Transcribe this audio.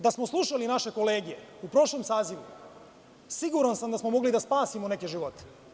Da smo slušali naše kolege u prošlom sazivu, siguran sam da smo mogli da spasimo neke živote.